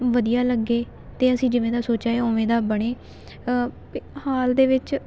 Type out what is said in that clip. ਵਧੀਆ ਲੱਗੇ ਅਤੇ ਅਸੀਂ ਜਿਵੇਂ ਦਾ ਸੋਚਿਆ ਉਵੇਂ ਦਾ ਬਣੇ ਹਾਲ ਦੇ ਵਿੱਚ